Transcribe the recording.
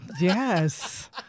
Yes